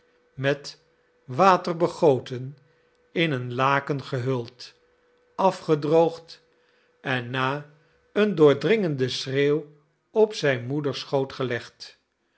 met water begoten in een laken gehuld afgedroogd en na een doordringenden schreeuw op zijn moeders schoot gelegd